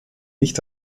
nicht